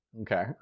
Okay